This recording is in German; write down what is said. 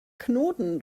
knoten